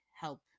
help